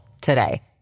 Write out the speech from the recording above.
today